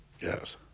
Yes